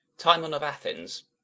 timon of athens